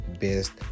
best